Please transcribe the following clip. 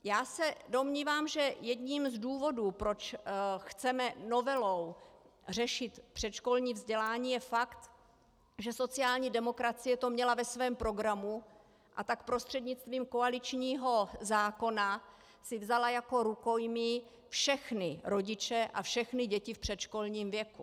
Já se domnívám, že jedním z důvodů, proč chceme novelou řešit předškolní vzdělání, je fakt, že sociální demokracie to měla ve svém programu, a tak prostřednictvím koaličního zákona si vzala jako rukojmí všechny rodiče a všechny děti v předškolním věku.